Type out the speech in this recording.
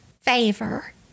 favor